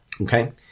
Okay